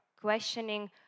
questioning